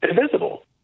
invisible